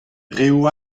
reoù